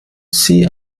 sie